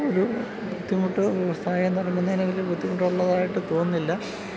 ഒരു ബുദ്ധിമുട്ട് വ്യവസായം തുടങ്ങുന്നതിന് വലിയ ബുദ്ധിമുട്ടുള്ളതായിട്ട് തോന്നുന്നില്ല